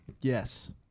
Yes